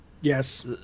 yes